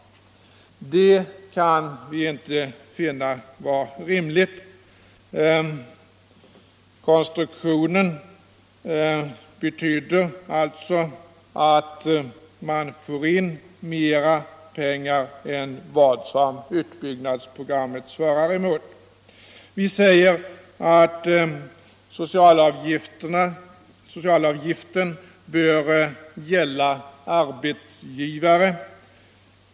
Det kan vi inte finna vara rimligt. Konstruktionen betyder alltså att man får in mer pengar än utbyggnadsprogrammet svarar mol. Vi säger att socialavgiften bör gälla arbetsgivare.